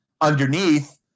underneath